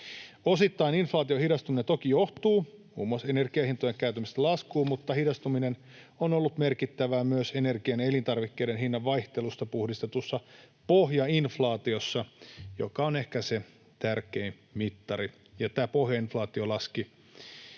Osittain inflaation hidastuminen toki johtuu muun muassa energianhintojen kääntymisestä laskuun, mutta hidastuminen on ollut merkittävää myös energian ja elintarvikkeiden hinnanvaihtelusta puhdistetussa pohjainflaatiossa, joka on ehkä se tärkein mittari. Tämä pohjainflaatio laski